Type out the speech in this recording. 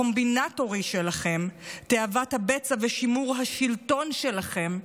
הקומבינטורי שלכם, תאוות הבצע ושימור השלטון שלכם,